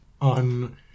on